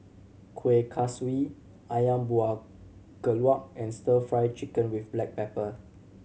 Kueh Kaswi Ayam Buah Keluak and Stir Fry Chicken with black pepper